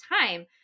time